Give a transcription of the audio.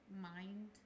mind